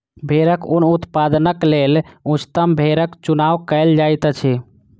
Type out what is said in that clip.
भेड़क ऊन उत्पादनक लेल उच्चतम भेड़क चुनाव कयल जाइत अछि